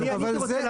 אני הייתי רוצה להציע.